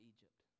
Egypt